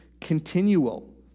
continual